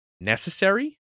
necessary